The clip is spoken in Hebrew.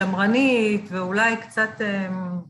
תמרנית, ואולי קצת...